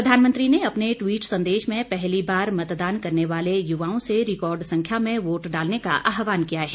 प्रधानमंत्री ने अपने ट्वीट संदेश में पहली बार मतदान करने वाले युवाओं से रिकॉर्ड संख्या में वोट डालने का आहवान किया है